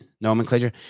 nomenclature